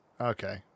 Okay